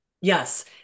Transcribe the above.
Yes